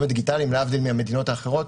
הדיגיטליים להבדיל מהמדינות האחרות.